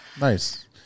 Nice